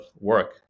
work